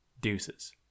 Deuces